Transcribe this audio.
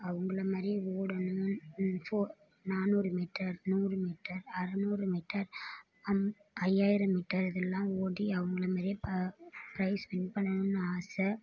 அவங்கள மாதிரி ஓடணும்ன்னு நானூறு மீட்டர் நூறு மீட்டர் அறுநூறு மீட்டர் அம் ஐயாயிரம் மீட்டர் இது எல்லாம் ஓடி அவங்கள மாதிரியே ப்ரைஸ் வின் பண்ணணும்ன்னு ஆசை